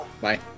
Bye